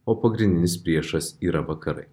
o pagrindinis priešas yra vakarai